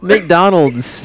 McDonald's